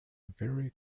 very